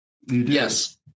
Yes